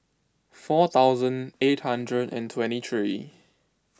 four thousand eight hundred and twenty three